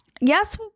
Yes